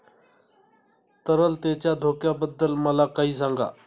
तरलतेच्या धोक्याबद्दल मला काही सांगा